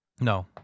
No